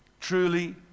truly